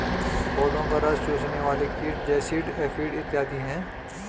पौधों का रस चूसने वाले कीट जैसिड, एफिड इत्यादि हैं